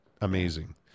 amazing